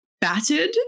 battered